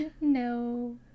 No